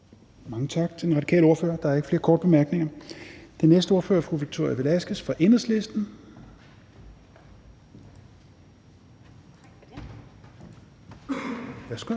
Mange tak til den radikale ordfører. Der er ikke flere korte bemærkninger. Den næste ordfører er fru Victoria Velasquez fra Enhedslisten. Værsgo.